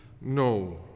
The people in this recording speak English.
No